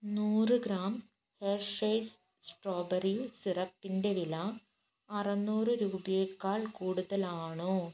നൂറ് gram Hershey's strawberry സിറപ്പിന്റെ വില അറുനൂറ് രൂപയേക്കാൾ കൂടുതലാണോ